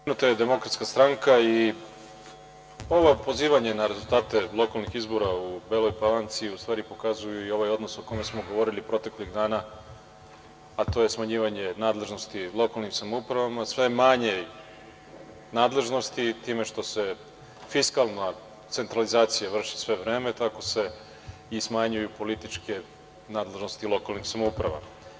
Pomenuta je Demokratska stranka i ovo pozivanje na rezultate lokalnih izbora u Beloj Palanci u stvari pokazuju i ovaj odnos o kome smo govorili proteklih dana, a to je smanjivanje nadležnosti u lokalnim samoupravama, sve manjoj nadležnosti, time što se fiskalna centralizacija vrši sve vreme, tako se i smanjuju političke nadležnosti lokalnih samouprava.